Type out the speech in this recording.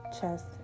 chest